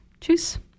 Tschüss